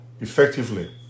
effectively